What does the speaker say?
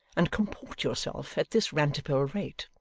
and comport yourself at this rantipole rate!